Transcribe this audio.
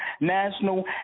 national